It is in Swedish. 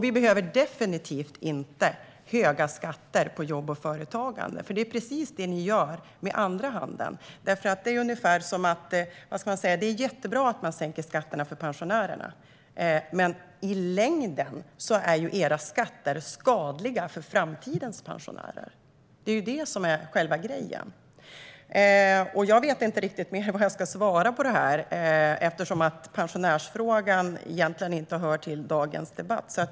Vi behöver definitivt inte höga skatter på jobb och företagande. För det är precis det ni gör med andra handen. Det är jättebra att man sänker skatterna för pensionärerna, men i längden är era skatter skadliga för framtidens pensionärer. Det är själva grejen. Jag vet inte riktigt vad jag mer ska svara på det här, eftersom pensionärsfrågan egentligen inte hör till dagens debatt.